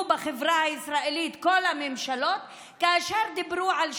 בחברה הישראלית כל הממשלות כאשר דיברו על שוויון,